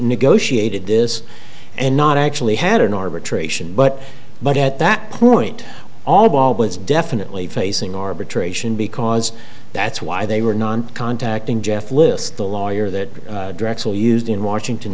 negotiated this and not actually had an arbitration but but at that point all ball but it's definitely facing arbitration because that's why they were non contacting jeff list the lawyer that drexel used in washington